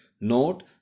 Note